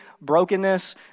brokenness